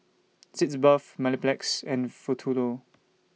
Sitz Bath Mepilex and Futuro